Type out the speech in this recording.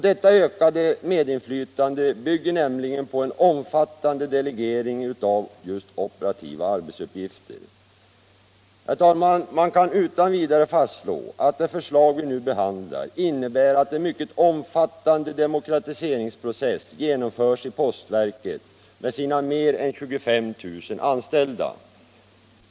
Detta ökade medinflytande bygger nämligen på en omfattande delegering av operativa arbetsuppgifter. Man kan utan vidare fastslå att det förslag vi nu behandlar innebär att en mycket omfattande demokratiseringsprocess genomförs i postverket med dess mer än 56 000 anställda.